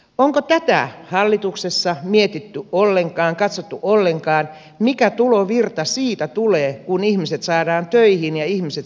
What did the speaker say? onko tätä hallituksessa mietitty ollenkaan katsottu ollenkaan mikä tulovirta siitä tulee kun ihmiset saadaan töihin ja ihmiset saadaan kuluttamaan